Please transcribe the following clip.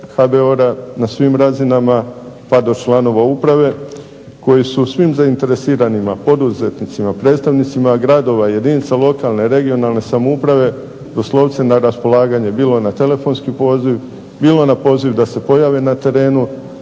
HBOR-a na svim razinama pa do članova uprave koji su svim zainteresiranima, poduzetnicima, predstavnicima gradova, jedinica lokalne, regionalne samouprave doslovce na raspolaganje bilo na telefonski poziv, bilo na poziv da se pojave na terenu,